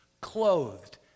clothed